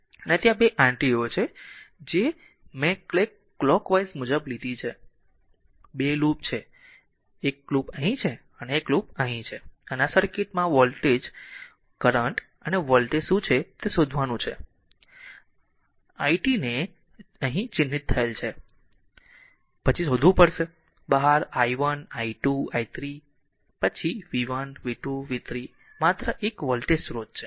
અને ત્યાં 2 આંટીઓ છે જે મેં કલોકવાઈઝ મુજબ લીધી છે 2 લૂપ છે એક લૂપ અહીં છે એક લૂપ અહીં છે અને આ સર્કિટમાં વોલ્ટ વોલ્ટેજ કરંટ અને વોલ્ટેજ શું છે તે શોધવાનું છે આઇટને ચિહ્નિત થયેલ છે પછી શોધવું પડશે બહાર i 1 i2 i 3 અને પછી v 1 v 2 v 3 માત્ર એક વોલ્ટેજ સ્રોત છે